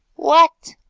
what!